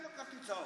תן לו כרטיס צהוב.